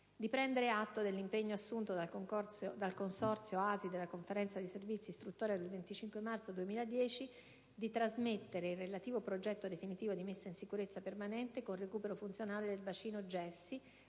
di prendere atto dell'impegno assunto dal Consorzio ASI nella Conferenza dei servizi istruttoria del 25 marzo 2010 e di trasmettere il relativo progetto definitivo di messa in sicurezza permanente con recupero funzionale del "bacino gessi"